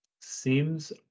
seems